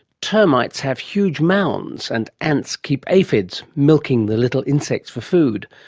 termites have huge mounds and ants keep aphids, milking the little insects for food,